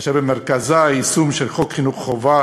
אשר במרכז מסקנותיה היישום של חוק חינוך חובה